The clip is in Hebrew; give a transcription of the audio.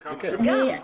גם.